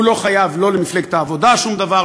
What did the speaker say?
הוא לא חייב למפלגת העבודה שום דבר,